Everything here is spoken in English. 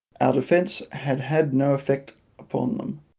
our defence had had no effect upon them,